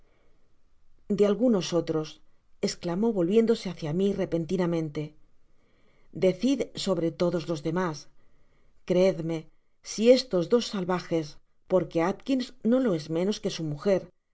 de algunos otros esclamó volviéndose hácia mi repentinamente decid sobre todos los demás creedme si estos dos salvajes porque alkins no lo es menos que su mujer